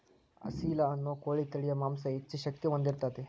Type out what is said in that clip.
ಅಸೇಲ ಅನ್ನು ಕೋಳಿ ತಳಿಯ ಮಾಂಸಾ ಹೆಚ್ಚ ಶಕ್ತಿ ಹೊಂದಿರತತಿ